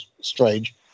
strange